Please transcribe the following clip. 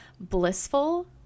blissful